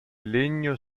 legno